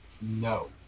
no